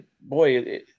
boy